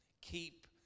Keep